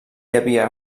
havia